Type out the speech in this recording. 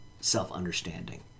self-understanding